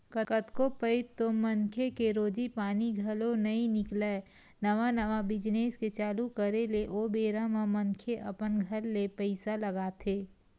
कतको पइत तो मनखे के रोजी पानी घलो नइ निकलय नवा नवा बिजनेस के चालू करे ले ओ बेरा म मनखे अपन घर ले पइसा लगाथे